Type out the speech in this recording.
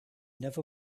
never